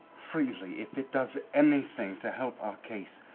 freely. if it does anything to help our case,